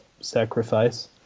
sacrifice